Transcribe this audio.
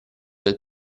del